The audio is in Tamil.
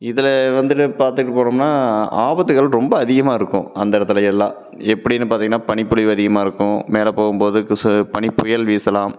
இதில் வந்துட்டு பார்த்துட்டு போனோம்னால் ஆபத்துகள் ரொம்ப அதிகமாக இருக்கும் அந்த இடத்துலேயெல்லாம் எப்படின்னு பார்த்திங்கன்னா பனிப்பொழிவு அதிகமாக இருக்கும் மேலே போகும்போது பனிப்புயல் வீசலாம்